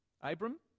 Abram